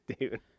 dude